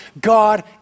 God